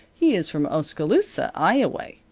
he is from oskaloosa, ioway.